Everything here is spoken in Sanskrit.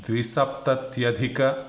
द्विसप्तत्यधिकः